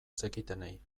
zekitenei